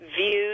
views